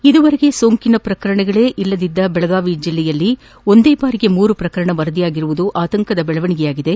ಇದುವರೆಗೆ ಸೋಂಕಿನ ಶ್ರಕರಣಗಳು ಇರದಿದ್ದ ಬೆಳಗಾವಿ ಜಿಲ್ಲೆಯಲ್ಲಿ ಒಂದೇ ಬಾರಿಗೆ ಮೂರು ಶ್ರಕರಣಗಳು ವರದಿಯಾಗಿರುವುದು ಆತಂಕದ ಬೆಳವಣಿಗೆಯಾಗಿದೆ